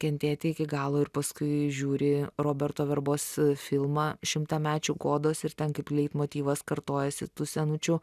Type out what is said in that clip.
kentėti iki galo ir paskui žiūri roberto verbos filmą šimtamečių godos ir ten kaip leitmotyvas kartojasi tų senučių